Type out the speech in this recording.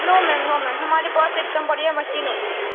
نو ma'am no ma'am ہمارے پاس ایک دم بڑھیا مشین ہوتی ہے